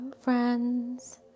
friends